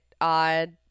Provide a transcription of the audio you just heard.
odd